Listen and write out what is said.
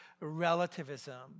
relativism